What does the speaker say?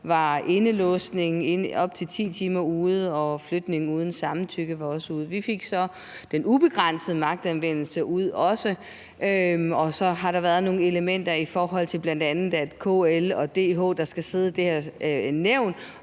var indelåsning i op til 10 timer ude, og flytning uden samtykke var også ude. Vi fik så også den ubegrænsede magtanvendelse ud, og så har der været nogle elementer, bl.a. i forhold til at KL og DH, der skal sidde i det her nævn,